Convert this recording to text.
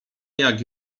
jak